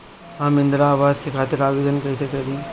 हम इंद्रा अवास के खातिर आवेदन कइसे करी?